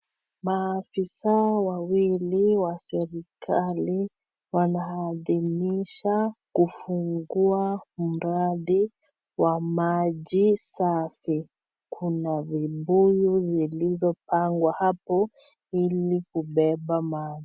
Maafisa wawili wa serikali. Wanaadhimisha kufungua mradi wa maji safi. Kuna vibuyu zilizopangwa hapo ili kubeba maji.